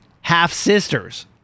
half-sisters